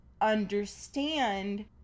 understand